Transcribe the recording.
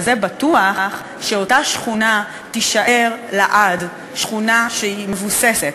ובטוח שאותה שכונה תישאר לעד שכונה שמבוססת,